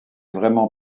vraiment